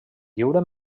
lliure